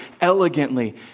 elegantly